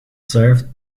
served